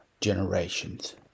generations